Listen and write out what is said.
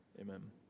Amen